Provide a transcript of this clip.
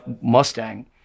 Mustang